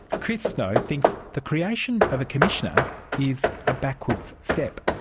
chris snow thinks the creation of a commissioner is a backwards step.